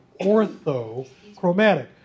orthochromatic